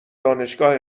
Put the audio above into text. دانشگاه